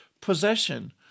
possession